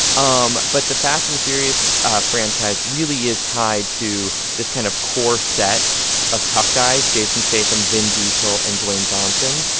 um but the fast and furious franchise really is tied to this kind of core set of tough guys, jason statham, vin diesel and dwayne johnson.